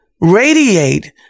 radiate